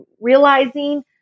realizing